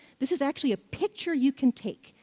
this is actually a picture you can take.